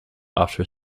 after